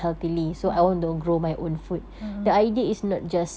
ya a'ah